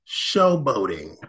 showboating